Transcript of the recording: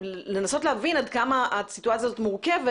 לנסות להבין עד כמה הסיטואציה הזאת מורכבת